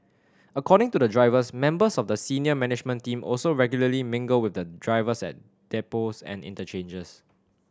according to the drivers members of the senior management team also regularly mingle with the drivers at depots and interchanges